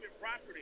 property